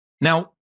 Now